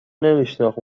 نمیشناخت